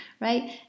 right